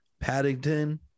Paddington